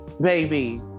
baby